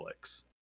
Netflix